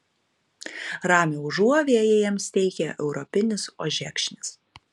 ramią užuovėją jiems teikia europinis ožekšnis